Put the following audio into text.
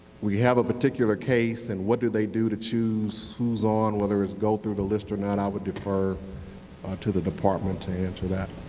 we have a particular case and what did they do to choose who's on whether go through the list or not i would defer to the department to answer that.